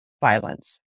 violence